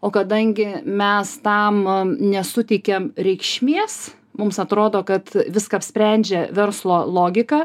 o kadangi mes tam nesuteikėm reikšmės mums atrodo kad viską apsprendžia verslo logika